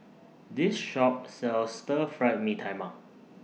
This Shop sells Stir Fried Mee Tai Mak